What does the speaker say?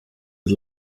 his